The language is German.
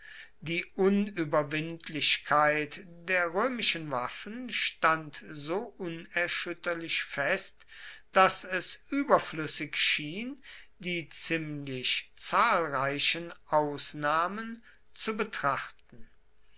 die unüberwindlichkeit der römischen waffen stand so unerschütterlich fest daß es überflüssig schien die ziemlich zahlreichen ausnahmen zu beachten